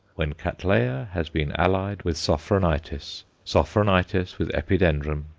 when cattleya has been allied with sophronitis, sophronitis with epidendrum,